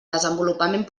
desenvolupament